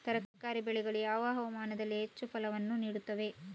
ತರಕಾರಿ ಬೆಳೆಗಳು ಯಾವ ಹವಾಮಾನದಲ್ಲಿ ಹೆಚ್ಚು ಫಸಲನ್ನು ನೀಡುತ್ತವೆ?